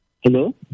Hello